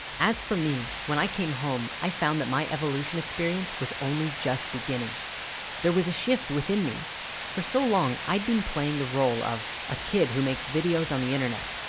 as for me when i came home i found that my evolution experience was only just beginning there was a shift within me for so long i'd been playing the role of a kid who makes videos on the internet.